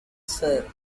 sir